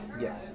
Yes